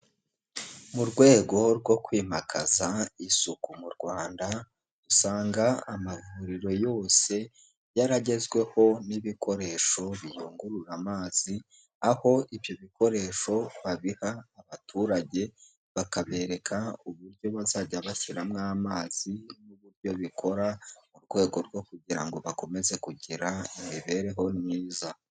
Mu rwego rwo kwimakaza isuku mu Rwanda, usanga amavuriro yose yaragezweho n'ibikoresho biyungurura amazi, aho ibyo bikoresho babiha abaturage, bakabereka uburyo bazajya bashyiramo amazi n'uburyo bikora mu rwego rwo kugira ngo bakomeze kugira imibereho myiza.